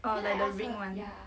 orh that that ring one